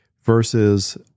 versus